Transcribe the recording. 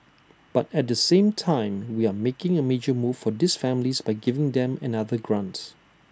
but at the same time we are making A major move for these families by giving them another grants